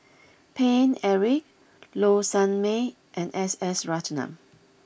Paine Eric Low Sanmay and S S Ratnam